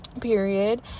period